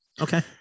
Okay